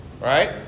right